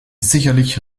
sicherlich